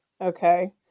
Okay